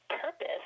purpose